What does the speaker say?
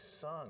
Son